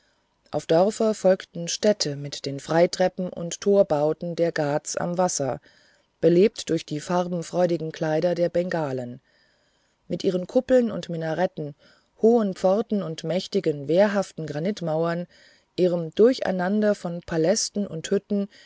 auf dörfer folgten städte mit den freitreppen und torbauten der ghats am wasser belebt durch die farbenfreudigen kleider der bengalen mit ihren kuppeln und minareten hohen pforten und mächtigen wehrhaften granitmauern ihrem durcheinander von palästen und hütten